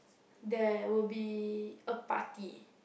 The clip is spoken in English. there will be a party